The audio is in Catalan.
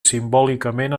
simbòlicament